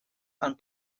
and